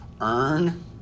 earn